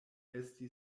esti